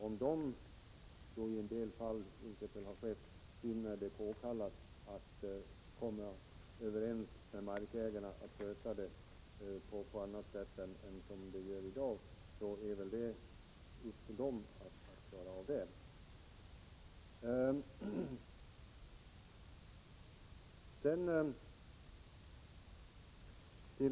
Om de, vilket skett i en del fall, finner det påkallat att komma överens med markägaren om att sköta områdena på annat sätt än som görs i dag är det väl upp till dem.